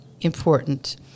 important